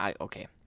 Okay